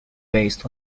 based